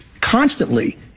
constantly